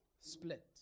split